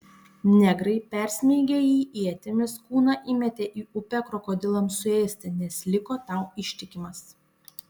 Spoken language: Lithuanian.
negrai persmeigę jį ietimis kūną įmetė į upę krokodilams suėsti nes liko tau ištikimas